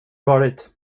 varit